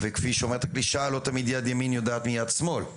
וכפי שאומרת הקלישאה: לא תמיד יד ימין יודעת מיד שמאל.